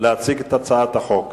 להציג את הצעת החוק.